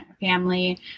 family